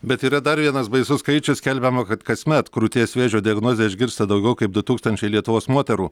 bet yra dar vienas baisus skaičius skelbiama kad kasmet krūties vėžio diagnozę išgirsta daugiau kaip du tūkstančiai lietuvos moterų